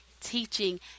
teaching